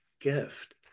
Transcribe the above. gift